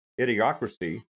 Idiocracy